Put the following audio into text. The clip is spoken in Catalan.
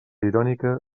irònica